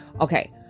Okay